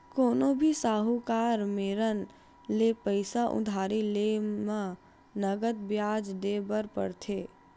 कोनो भी साहूकार मेरन ले पइसा उधारी लेय म नँगत बियाज देय बर परथे